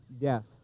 death